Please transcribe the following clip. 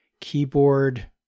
keyboard